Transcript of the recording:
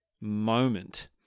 moment